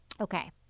Okay